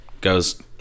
goes